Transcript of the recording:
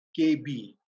kb